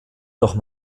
durch